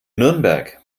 nürnberg